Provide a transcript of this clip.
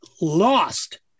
lost